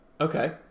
Okay